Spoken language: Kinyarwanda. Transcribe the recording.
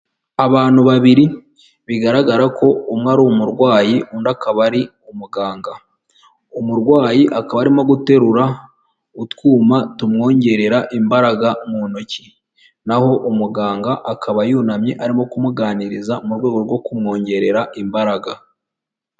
Abantu babiri bigaragara ko umwe ari umurwayi, undi akaba ari umuganga, umurwayi akaba arimo guterura utwuma tumwongerera imbaraga mu ntoki, naho umuganga akaba yunamye arimo kumuganiriza mu rwego rwo kumwongerera imbaraga.